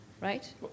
Right